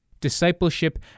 Discipleship